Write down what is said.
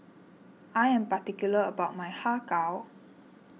I am particular about my Har Kow